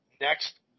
next